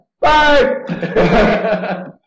Bye